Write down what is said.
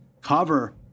cover